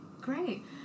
Great